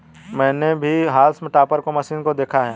मैंने भी हॉल्म टॉपर की मशीन को देखा है